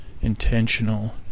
intentional